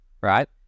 right